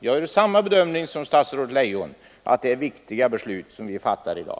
Vi har samma bedömning som statsrådet Leijon att det är viktiga beslut som vi fattar i dag.